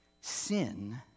sin